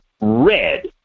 red